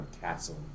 castle